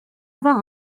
avoir